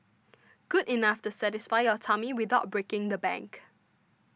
good enough to satisfy your tummy without breaking the bank